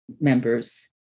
members